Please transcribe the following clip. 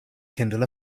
kindle